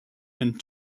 and